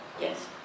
Yes